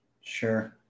Sure